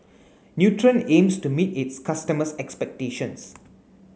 Nutren aims to meet its customers' expectations